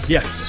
Yes